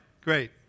great